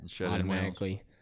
Automatically